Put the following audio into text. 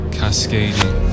cascading